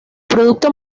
producto